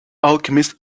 alchemist